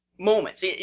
Moments